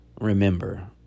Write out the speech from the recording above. remember